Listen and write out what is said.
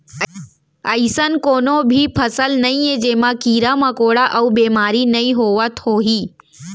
अइसन कोनों भी फसल नइये जेमा कीरा मकोड़ा अउ बेमारी नइ होवत होही